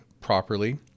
properly